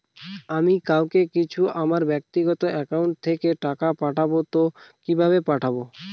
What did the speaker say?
আমি কাউকে কিছু আমার ব্যাক্তিগত একাউন্ট থেকে টাকা পাঠাবো তো কিভাবে পাঠাবো?